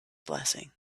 blessing